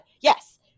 Yes